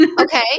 okay